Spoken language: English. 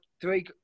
three